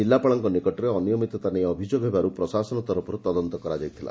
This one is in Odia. ଜିଲ୍ଲାପାଳଙ୍କ ନିକଟରେ ଅନିୟମିତତା ନେଇ ଅଭିଯୋଗ ହେବାର୍ ପ୍ରଶାସନ ତରଫର୍ ତଦନ୍ତ କରାଯାଇଥିଲା